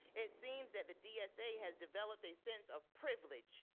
it seems that the dsa has developed a sense of privilege.